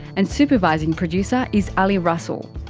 and supervising producer is ali russell.